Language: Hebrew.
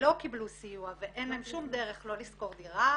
ולא קיבלו סיוע ואין להן שום דרך לא לשכור דירה,